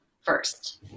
first